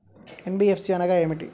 NBFC అనగా ఏమిటీ?